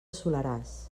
soleràs